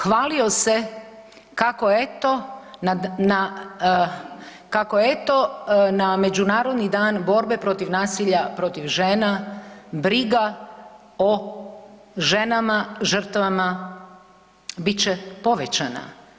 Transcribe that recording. Hvalio se kako eto, na Međunarodni dan borbe protiv nasilja protiv žena briga o ženama žrtvama bit će povećana.